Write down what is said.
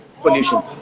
pollution